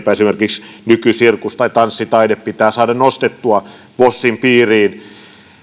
esimerkiksi nykysirkus tai tanssitaide pitää saada nostettua vosin piiriin